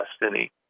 destiny